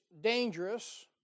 dangerous